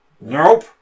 Nope